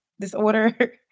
disorder